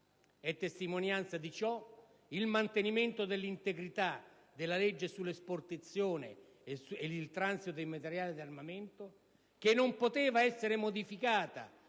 È testimonianza di ciò il mantenimento dell'integrità della legge sull'esportazione e il transito dei materiali di armamento, la quale non poteva essere modificata,